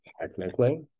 Technically